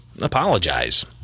apologize